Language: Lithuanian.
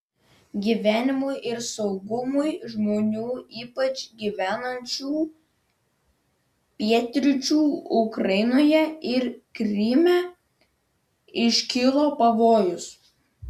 gyvenimui ir saugumui žmonių ypač gyvenančių pietryčių ukrainoje ir kryme iškilo pavojus